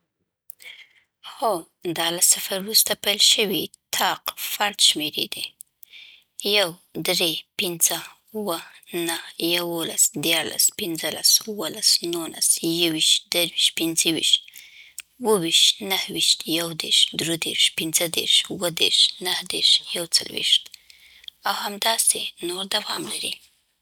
هو، دا له صفر وروسته پیل شوي طاق (فرد) شمېرې دي: یو درې پنځه اووه نهه یولس دیارلس پانزلس اوولس نولس یو ویشت دری ویشت پنځه ویشت اووه ویشت نهه ویشت یو دېرش دری دېرش پنځه دېرش اووه دېرش نهه دېرش یو څلوېښت او همداسې نور دوام لري.